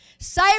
Say